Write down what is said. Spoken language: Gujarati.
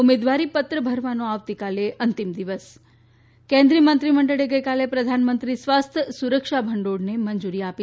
ઉમેદવારીપત્ર ભરવાનો આવતીકાલે અંતિમ દિવસ કેન્દ્રીય મંત્રીમંડળે ગઈકાલે પ્રધાનમંત્રી સ્વાસ્થ્ય સુરક્ષા ભંડોળને મંજુરી આપી